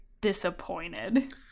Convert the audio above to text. disappointed